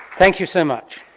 thank you so much.